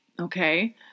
Okay